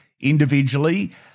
individually